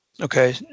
Okay